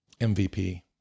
MVP